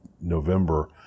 November